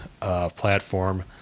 platform